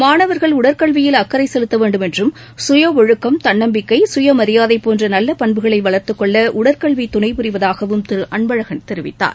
மாணவர்கள் உடல் கல்வியில் அக்கறை செலுத்த வேண்டும் என்றும் சுய ஒழுக்கம் தன்னம்பிக்கை சுய மரியாதை போன்ற நல்ல பண்புகளை வளர்த்துக்கொள்ள உடல் கல்வி துணை புரிவதாகவும் திரு அன்பழகன் கெரிவிக்கார்